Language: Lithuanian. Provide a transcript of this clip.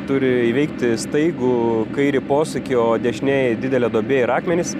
turi įveikti staigų kairį posūkį o dešinėj didelė duobė ir akmenys